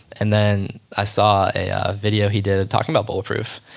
and then i saw a ah video he did talking about bulletproof.